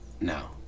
now